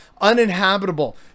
uninhabitable